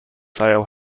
sale